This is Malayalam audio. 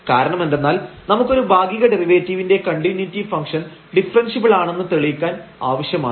കാരണമെന്തെന്നാൽ നമുക്ക് ഒരു ഭാഗിക ഡെറിവേറ്റീവിന്റെ കണ്ടിന്യൂയിറ്റി ഫംഗ്ഷൻ ഡിഫറെൻഷ്യബിൾ ആണെന്ന് തെളിയിക്കാൻ ആവശ്യമാണ്